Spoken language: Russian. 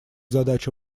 задачу